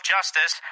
Justice